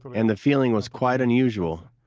and the feeling was quite unusual,